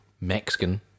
Mexican